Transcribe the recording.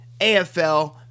AFL